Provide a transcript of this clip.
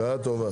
בשעה טובה.